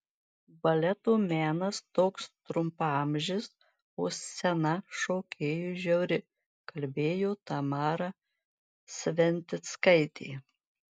baleto menas toks trumpaamžis o scena šokėjui žiauri kalbėjo tamara sventickaitė